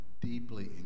deeply